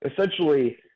essentially